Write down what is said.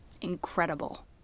Incredible